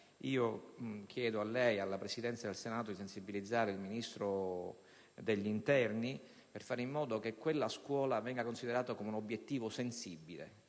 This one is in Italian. chiedo alla Presidenza del Senato di sensibilizzare il Ministro dell'interno per fare in modo che quella scuola venga considerata come obiettivo sensibile.